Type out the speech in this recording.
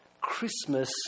Christmas